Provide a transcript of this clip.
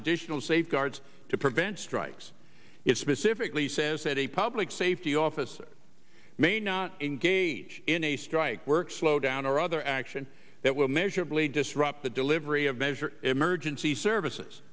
additional safeguards to prevent strikes it specifically says that a public safety officer may not engage in a strike work slowdown or other action that will measurably disrupt the delivery of measure emergency services